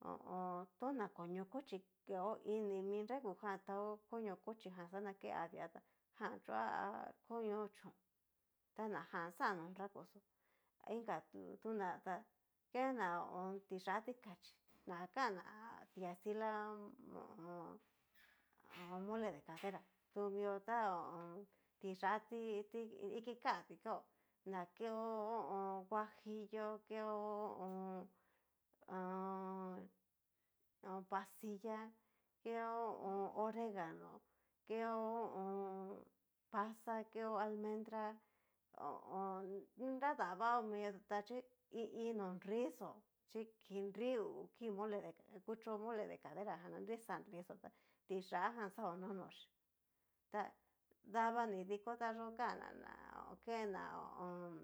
ho o o. to nákoño kochí keo ini mi nrakujan tao koño cochí jan xa ke adia tá jan choá a koño chón ta ná jan xan no nrakuxó a inkatu ná ta kená ho o on. tiyá tikachí na kana tikastila ho o on. mole de caderá tu mio ta ho o on. tiyá ti ti ikikati kao na keo ho o on. huajillo keo ho o on. pasilla keo ho o on. oreganó keo ho o on. pasa, keo almendrá, ho o on. nradava miota xhi i iin no nrixó chí kii nri hú kii mole de caderájan ná nrixá nrixó ta tiyá jan xa ono noxhí ta dav ni dikotá yó kan'na ná okena hó.